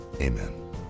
Amen